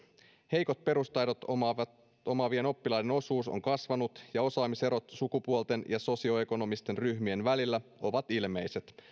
heikot perustaidot omaavien oppilaiden osuus on kasvanut ja osaamiserot sukupuolten ja sosioekonomisten ryhmien välillä ovat ilmeiset